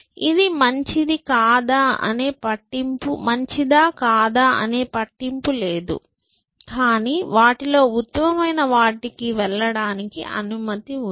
ఇది మంచిది కాదా అనే పట్టింపు లేదు కాని వాటిలో ఉత్తమమైన వాటికి వెళ్ళడానికి అనుమతి ఉంది